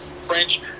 French